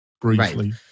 briefly